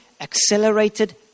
accelerated